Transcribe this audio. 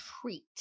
treat